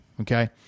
okay